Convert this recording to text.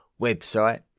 website